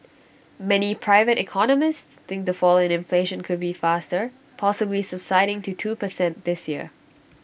many private economists think the fall in inflation could be faster possibly subsiding to two per cent this year